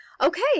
Okay